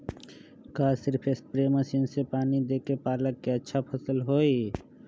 का सिर्फ spray machine से पानी देके पालक के अच्छा फसल होई?